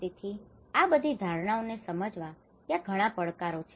તેથી આ બધી ધારણાઓને સમજવા માટે ત્યાં ઘણા પડકારો છે